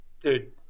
Dude